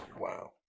Wow